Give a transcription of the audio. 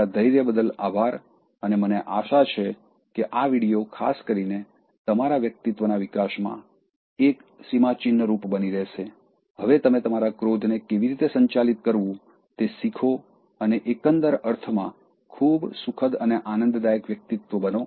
તમારા ધૈર્ય બદલ આભાર અને મને આશા છે કે આ વિડિઓ ખાસ કરીને તમારા વ્યક્તિત્વના વિકાસમાં એક સીમાચિહ્નરૂપ બની રહેશે હવે તમે તમારા ક્રોધને કેવી રીતે સંચાલિત કરવું તે શીખો અને એકંદર અર્થમાં ખૂબ સુખદ અને આનંદદાયક વ્યક્તિત્વ બનો